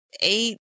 eight